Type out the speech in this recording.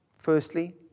Firstly